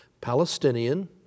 Palestinian